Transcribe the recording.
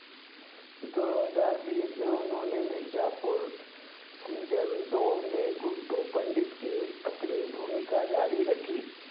दो हज़ार बीस में उन्होंने मिर्ज़ापुर सीजन दो में गुड्डू पंडित की अपनी भूमिका जारी रखी